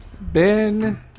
Ben